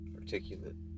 articulate